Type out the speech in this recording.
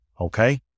okay